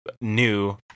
new